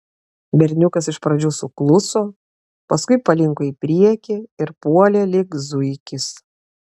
berniukas iš pradžių sukluso paskui palinko į priekį ir puolė lyg zuikis